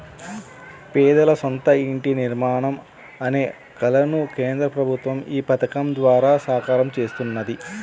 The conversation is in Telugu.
పేదల సొంత ఇంటి నిర్మాణం అనే కలను కేంద్ర ప్రభుత్వం ఈ పథకం ద్వారా సాకారం చేస్తున్నది